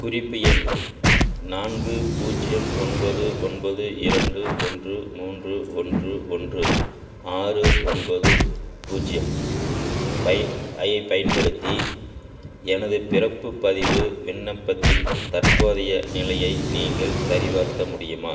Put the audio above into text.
குறிப்பு எண் நான்கு பூஜ்ஜியம் ஒன்பது ஒன்பது இரண்டு ஒன்று மூன்று ஒன்று ஒன்று ஆறு ஒன்பது பூஜ்ஜியம் பை ஐயைப் பயன்படுத்தி எனது பிறப்பு பதிவு விண்ணப்பத்தின் தற்போதைய நிலையை நீங்கள் சரிபார்க்க முடியுமா